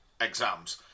exams